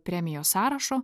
premijos sąrašu